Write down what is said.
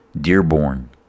Dearborn